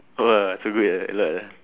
!whoa! so good ah a lot ah